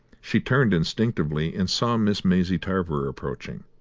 she turned instinctively and saw miss maisie tarver approaching,